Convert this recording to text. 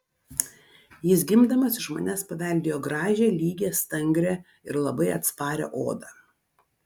jis gimdamas iš manęs paveldėjo gražią lygią stangrią ir labai atsparią odą